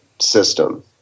system